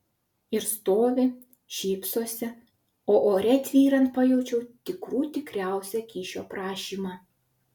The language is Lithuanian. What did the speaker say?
ir stovi šypsosi o ore tvyrant pajaučiau tikrų tikriausią kyšio prašymą